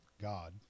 God